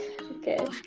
Okay